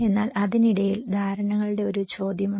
എന്നാൽ അതിനിടയിൽ ധാരണകളുടെ ഒരു ചോദ്യമുണ്ട്